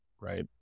right